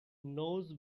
knows